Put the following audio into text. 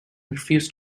refused